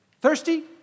Thirsty